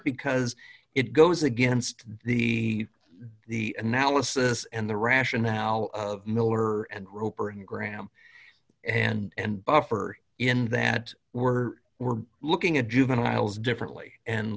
because it goes against the the analysis and the rationale of miller and roper and graham and buffer in that we're we're looking at juveniles differently and